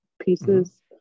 pieces